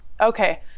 Okay